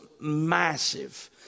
massive